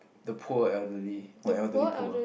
the poor elderly or elderly poor